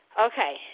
Okay